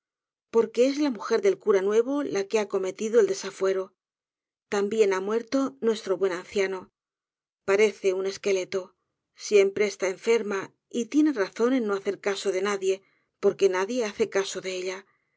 porque es la mujer del cura nuevo la que ha cometido tal desafuero también ha muerto nuestro buen anciano parece un esqueleto siempre está enferma y tiene razón en no hacer caso de nadie porque nadie hace caso de ella